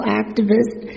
activist